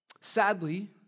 Sadly